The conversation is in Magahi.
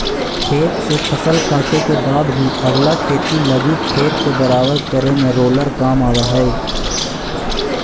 खेत से फसल काटे के बाद भी अगला खेती लगी खेत के बराबर करे में रोलर काम आवऽ हई